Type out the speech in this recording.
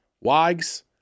Wags